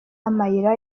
amayira